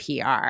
PR